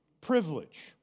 privilege